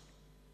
בבקשה.